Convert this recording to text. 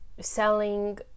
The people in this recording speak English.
selling